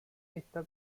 está